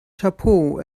chapeau